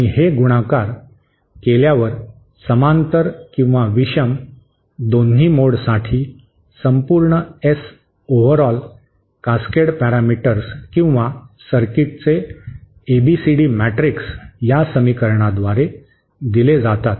आणि हे गुणाकार केल्यावर समांतर किंवा विषम दोन्ही मोडसाठी संपूर्ण एस ओव्हरऑल कास्केड पॅरामीटर्स किंवा सर्किटचे एबीसीडी मॅट्रिक्स या समीकरणाद्वारे दिले जातात